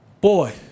Boy